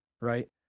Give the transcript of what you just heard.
right